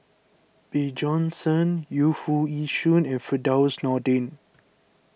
Bjorn Shen Yu Foo Yee Shoon and Firdaus Nordin